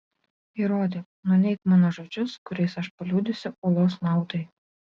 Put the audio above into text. įrodyk nuneik mano žodžius kuriais aš paliudysiu ulos naudai